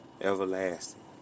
Everlasting